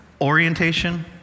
Orientation